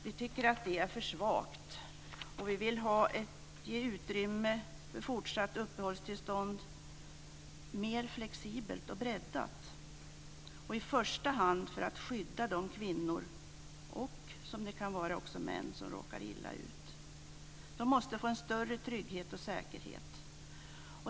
Vi tycker att det är för svagt. Vi vill ge utrymme för fortsatt uppehållstillstånd mer flexibelt och breddat, i första hand för att skydda de kvinnor och män - som det också kan handla om - som råkar illa ut. De måste få en större trygghet och säkerhet.